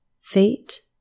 feet